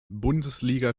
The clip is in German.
bundesliga